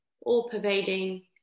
all-pervading